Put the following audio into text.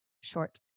short